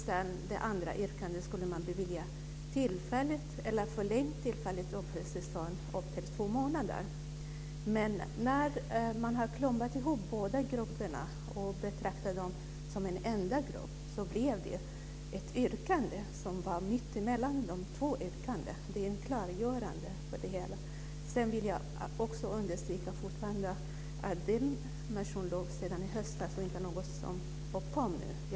Enligt det andra yrkandet skulle man bevilja förlängt tillfälligt uppehållstillstånd upp till två månader. När man nu klumpat ihop båda grupperna och betraktar dem som en enda grupp blev det ett yrkande som låg mitt emellan de två tidigare yrkandena. Det var ett klargörande. Jag vill också understryka att den motionen väcktes redan i höstas och inte är något som har kommit till nu.